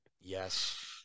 Yes